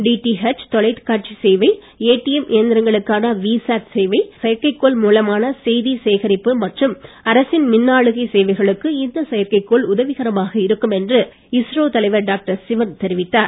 DTH தொலைக்காட்சி சேவை ATM இயந்திரங்களுக்கான வீசேட் சேவை செயற்கைகோள் மூலமான செய்தி சேகரிப்பு மற்றும் அரசின் மின்னாளுகை சேவைகளுக்கு இந்த செயற்கை கோள் உதவிகரமாக இருக்கும் என்று இஸ்ரோ தலைவர் டாக்டர் சிவன் தெரிவித்தார்